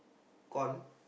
con